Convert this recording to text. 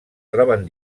troben